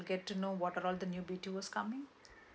get to know when are all the new B_T_O's coming